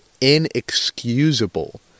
inexcusable